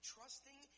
Trusting